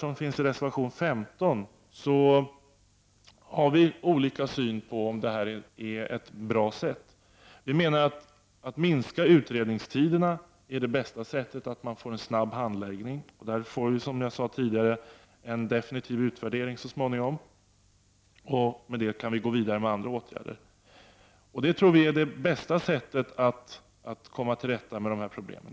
Vi har olika uppfattningar om huruvida det är bra med sådana. Det bästa är enligt utskottsmajoriteten att minska utredningstiden och på så sätt få en snabb handläggning av ärenden. På den punkten får vi, som jag sade tidigare, så småningom en definitiv utvärdering. Därefter kan vi arbeta vidare med andra åtgärder. Det tror vi är det bästa sättet att komma till rätta med dessa problem.